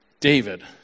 David